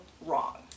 wrong